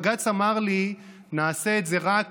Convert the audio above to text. בג"ץ אמר לי שנעשה את זה רק